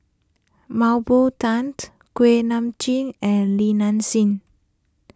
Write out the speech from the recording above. Mah Bow Tan Kuak Nam Jin and Li Nanxing